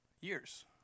years